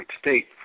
state